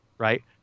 right